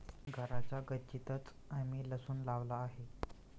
घराच्या गच्चीतंच आम्ही लसूण लावला आहे